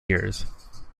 years